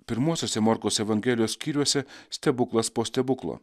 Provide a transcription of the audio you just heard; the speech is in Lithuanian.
pirmuosiuose morkaus evangelijos skyriuose stebuklas po stebuklo